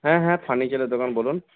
হ্যাঁ হ্যাঁ ফার্নিচারের দোকান বলুন